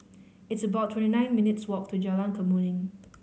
it's about twenty nine minutes' walk to Jalan Kemuning